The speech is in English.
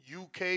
UK